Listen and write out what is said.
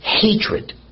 hatred